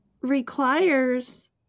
requires